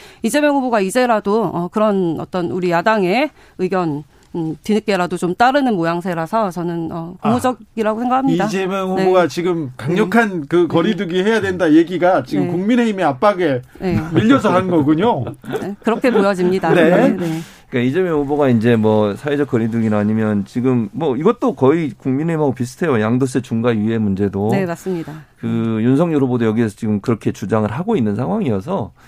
이재명 후보가 이제라도, 어, 그런 어떤 우리 야당의 의견, 음, 뒤늦게라도 좀 따르는 모양새라서 저는, 어, 아, 고무적이라고 생각합니다. 이재명 네. 후보가 지금 강력한 네. 그 거리두기 해야 된다 얘기가 지금 네. 국민의힘의 압박에 네. 밀려서 한 거군요. 네, 그렇게 보여집니다. 네. 네, 네. 그러니까 이재명 후보가 이제 뭐 사회적 거리두기나 아니면 지금 뭐 이것도 거의 국민의힘하고 비슷해요. 양도세 중과 유예 문제도. 네, 맞습니다. 그 윤석열 후보도 여기에서 지금 그렇게 주장을 하고 있는 상황이어서